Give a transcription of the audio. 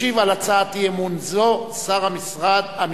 ישיב על הצעת אי-אמון זו שר המסחר,